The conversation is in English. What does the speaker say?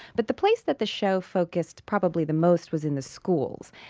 but the place that the show focused probably the most was in the schools.